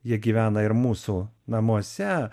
jie gyvena ir mūsų namuose